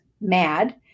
mad